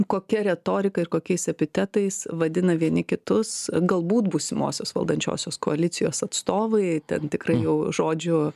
kokia retorika ir kokiais epitetais vadina vieni kitus galbūt būsimosios valdančiosios koalicijos atstovai ten tikrai jau žodžiu